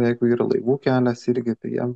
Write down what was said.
jeigu yra laivų kelias irgi tai jiem